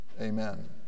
amen